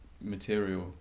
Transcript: material